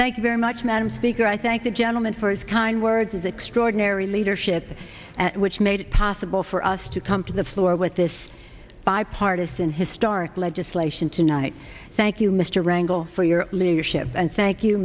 thank you very much madam speaker i thank the gentleman first kind words extraordinary leadership which made it possible for us to come to the floor with this bipartisan historic legislation tonight thank you mr wrangle for your leadership and thank you